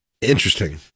Interesting